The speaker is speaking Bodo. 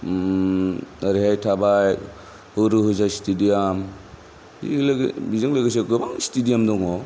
ओरैहाय थाबाय उरुजा स्टिडियाम बिलोगो बिजों लोगोसे गोबां स्टिडियाम दङ